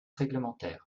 réglementaire